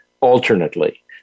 alternately